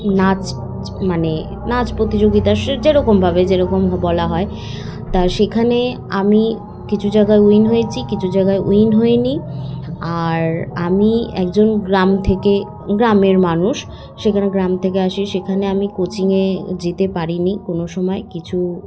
নাচ মানে নাচ প্রতিযোগিতার যেরকমভাবে যেরকম বলা হয় তা সেখানে আমি কিছু জায়গায় উইন হয়েছি কিছু জায়গায় উইন হই নি আর আমি একজন গ্রাম থেকে গ্রামের মানুষ সেখানে গ্রাম থেকে আসি সেখানে আমি কোচিংয়ে যেতে পারিনি কোনো সময় কিছু